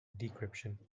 decryption